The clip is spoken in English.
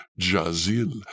Jazil